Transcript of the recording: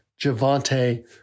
Javante